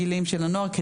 בגילאים של הנוער,